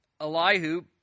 Elihu